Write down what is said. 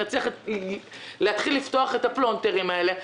נצליח להתחיל לפתוח את הפלונטרים האלה.